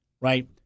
right